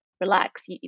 relax